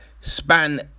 Span